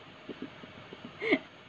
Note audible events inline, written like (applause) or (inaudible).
(laughs)